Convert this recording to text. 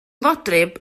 fodryb